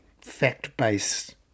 fact-based